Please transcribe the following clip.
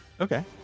okay